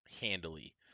handily